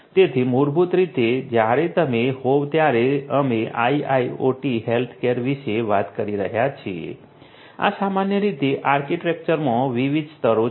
તેથી મૂળભૂત રીતે જ્યારે તમે હોવ ત્યારે અમે IIoT હેલ્થકેર વિશે વાત કરી રહ્યા છીએ આ સામાન્ય રીતે આર્કિટેક્ચરમાં વિવિધ સ્તરો છે